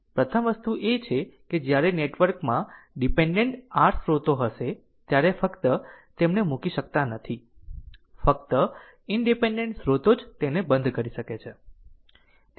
પ્રથમ વસ્તુ એ છે કે જ્યારે નેટવર્કમાં ડીપેન્ડેન્ટ r સ્ત્રોતો હશે ત્યારે ફક્ત તેમને મુકી શકતા નથી ફક્ત ઇનડીપેન્ડેન્ટ સ્રોતો જ તેને બંધ કરી શકે છે